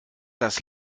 das